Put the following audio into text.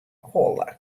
holle